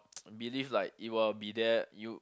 believe like it will be there you